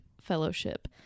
fellowship